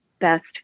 best